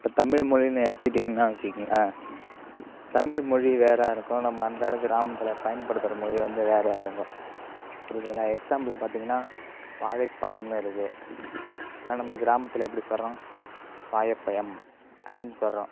இப்போ தமிழ் மொழின்னு எடுத்துக்கிட்டீங்கனா வச்சிங்களேன் தமிழ்மொழி வேறாக இருக்கும் நம்ம அன்றாட கிராமத்தில் பயன்படுத்துகிற மொழி வந்து வேறயா இருக்கும் புரியுதுங்களா எக்ஸாம்பிள் பார்த்திங்கன்னா வாழைப்பழம்னு இருக்குது ஆனால் நம்ம கிராமத்தில் எப்படி சொல்கிறோம் வாழைப்பழம் அப்படின்னு சொல்கிறோம்